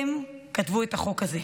הם כתבו את החוק הזה.